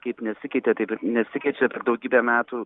kaip nesikeitė taip ir nesikeičia per daugybę metų